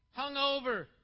hungover